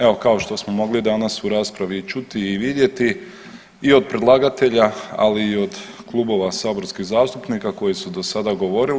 Evo kao što smo mogli danas u raspravi i čuti i vidjeti i od predlagatelja, ali i od klubova saborskih zastupnika koji su do sada govorili.